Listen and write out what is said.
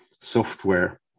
software